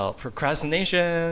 procrastination